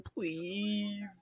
Please